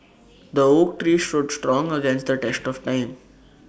the oak tree stood strong against the test of time